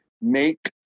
make